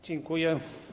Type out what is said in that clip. Dziękuję.